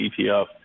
ETF